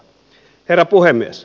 herra puhemies